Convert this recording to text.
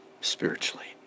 spiritually